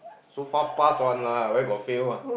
so far pass one lah where got fail one